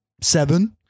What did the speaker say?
Seven